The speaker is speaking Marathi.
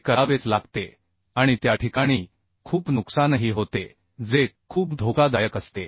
हे करावेच लागते आणि त्या ठिकाणी खूप नुकसानही होते जे खूप धोकादायक असते